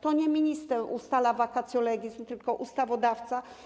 To nie minister ustala vacatio legis, tylko ustawodawca.